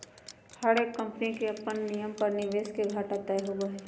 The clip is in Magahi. हर एक कम्पनी के अपन नियम पर निवेश के घाटा तय होबा हई